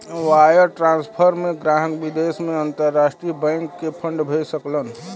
wire transfer में ग्राहक विदेश में अंतरराष्ट्रीय बैंक के फंड भेज सकलन